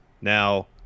Now